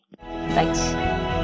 Thanks